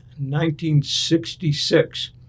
1966